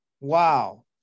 Wow